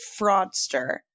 fraudster